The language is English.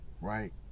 right